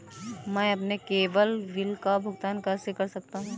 मैं अपने केवल बिल का भुगतान कैसे कर सकता हूँ?